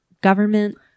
government